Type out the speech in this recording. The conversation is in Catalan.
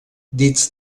dits